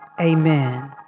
Amen